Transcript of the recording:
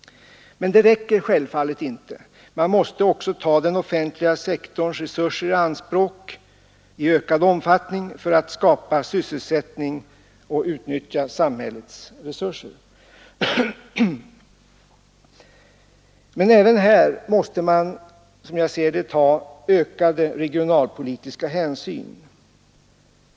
Men det räcker självfallet inte. Man måste också ta den offentliga sektorns resurser i anspråk i ökad omfattning för att skapa sysselsättning och utnyttja samhällets resurser. Men även här måste man, som jag ser det, ta ökade regionalpolitiska hänsyn.